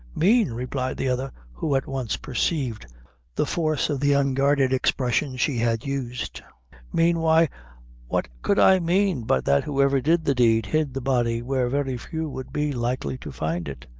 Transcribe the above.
mane! replied the other, who at once perceived the force of the unguarded expression she had used mane, why what could i mane, but that whoever did the deed, hid the body where very few would be likely to find it.